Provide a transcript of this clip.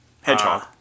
hedgehog